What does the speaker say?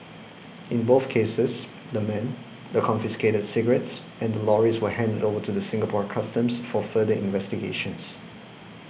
in both cases the men the confiscated cigarettes and the lorries were handed over to Singapore Customs for further investigations